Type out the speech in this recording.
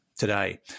today